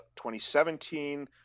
2017